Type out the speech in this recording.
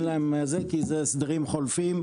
כי אלה הסדרים חולפים,